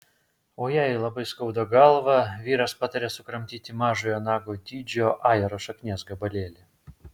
o jei labai skauda galvą vyras patarė sukramtyti mažojo nago dydžio ajero šaknies gabalėlį